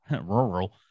rural